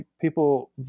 people